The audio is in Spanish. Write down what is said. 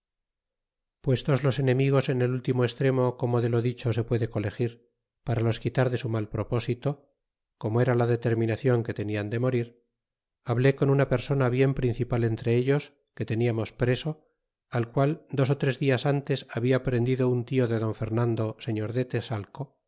vencedores puestos los enemigos en el último extremo como de lo dicho se puede colegir para los quitar de su mal propósito como era la determinacion que tenian de morir hablé con una per sona bien principal entre ellos que teniamos preso al qual dos ó tres dias antes habla prendido un tio de don fernando e señor de